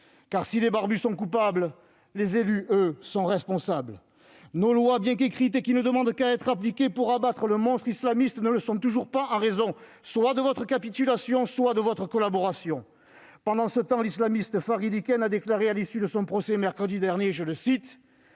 Car si les barbus sont coupables, les élus, eux, sont responsables. Nos lois, bien qu'écrites, et qui ne demandent qu'à être appliquées pour abattre le monstre islamiste, ne le sont toujours pas, en raison soit de votre capitulation, soit de votre collaboration ! Pendant ce temps, l'islamiste Farid Ikken a déclaré à l'issue de son procès, mercredi dernier :« Sachez,